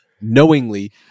knowingly